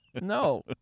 No